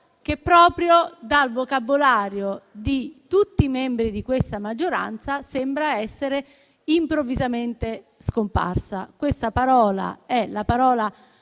che dal vocabolario di tutti i membri di questa maggioranza sembra essere improvvisamente scomparsa. La parola solidarietà,